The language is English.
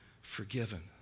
forgiven